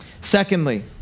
Secondly